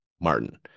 Martin